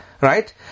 Right